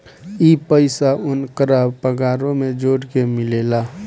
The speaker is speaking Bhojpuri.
ई पइसा ओन्करा पगारे मे जोड़ के मिलेला